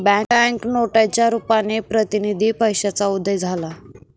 bank नोटांच्या रुपाने प्रतिनिधी पैशाचा उदय झाला